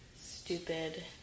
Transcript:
stupid